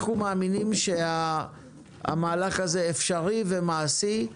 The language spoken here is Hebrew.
אנחנו מאמינים שהמלך הזה אפשרי ומעשי.